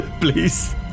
Please